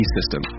System